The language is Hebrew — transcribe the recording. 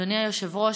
אדוני היושב-ראש,